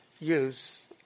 use